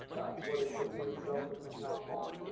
that's what it puts in the cell if it comes out false.